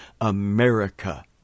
America